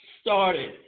started